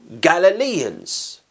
Galileans